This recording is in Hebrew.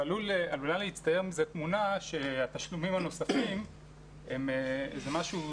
עלולה להצטייר מזה תמונה שהתשלומים הנוספים הם משהו זניח.